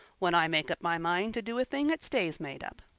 when i make up my mind to do a thing it stays made up.